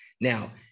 Now